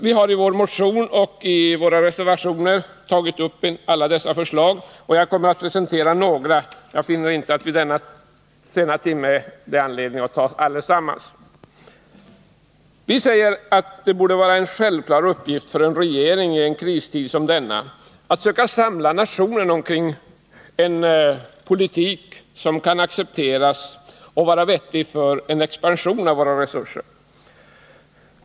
Vi har i vår motion och våra reservationer tagit upp alla dessa förslag, och jag kommer att presentera några. Jag finner vid denna sena timme inte anledning att ta upp allesammans. Vi säger att det borde vara en självklar uppgift för en regering i en kristid som denna att söka samla nationen omkring en politik som kan accepteras och vara vettig för en expansion av våra resurser.